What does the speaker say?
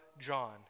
John